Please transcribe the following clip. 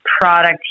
product